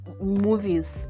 movies